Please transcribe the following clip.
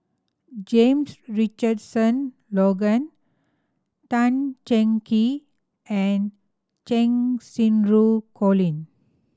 James Richardson Logan Tan Cheng Kee and Cheng Xinru Colin